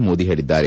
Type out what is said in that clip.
ಮೋದಿ ಹೇಳಿದ್ದಾರೆ